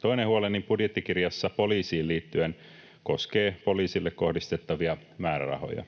Toinen huoleni budjettikirjassa poliisiin liittyen koskee poliisille kohdistettavia määrärahoja.